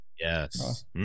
Yes